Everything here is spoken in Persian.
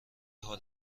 حال